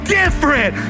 different